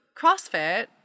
CrossFit